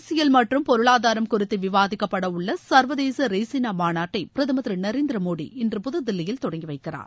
அரசியல் மற்றம் பொருளாதாரம் குறித்து விவாதிக்கப்பட உள்ள சர்வதேச ரெய்சினா மாநாட்டை பிரதமர் திரு நரேந்திர மோடி இன்று புது தில்லியில் தொடங்கி வைக்கிறார்